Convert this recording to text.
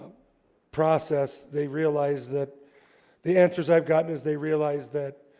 process they realized that the answers i've gotten is they realized that